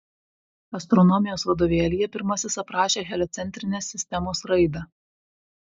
astronomijos vadovėlyje pirmasis aprašė heliocentrinės sistemos raidą